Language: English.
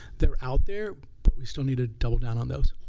they're out there but we still need to double down on those.